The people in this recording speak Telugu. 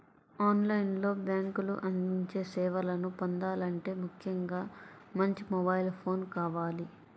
ఆన్ లైన్ లో బ్యేంకులు అందించే సేవలను పొందాలంటే ముఖ్యంగా మంచి మొబైల్ ఫోన్ కావాలి